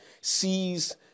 sees